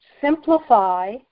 simplify